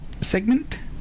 segment